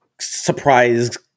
surprise